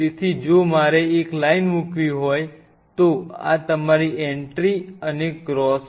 તેથી જો મારે એક લાઇન મૂકવી હોય તો આ તમારી એન્ટ્રી અને ક્રોસ છે